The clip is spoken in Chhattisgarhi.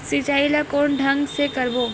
सिंचाई ल कोन ढंग से करबो?